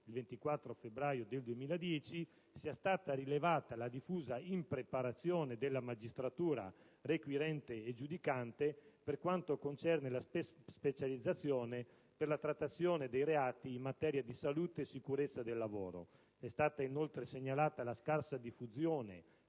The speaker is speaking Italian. il 24 febbraio 2010, sia stata rilevata la diffusa impreparazione della magistratura, requirente e giudicante, per quanto concerne la specializzazione per la trattazione di reati in materia di salute e sicurezza sul lavoro. È stata inoltre segnalata la scarsa diffusione,